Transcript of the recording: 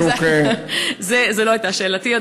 זו לא הייתה שאלתי,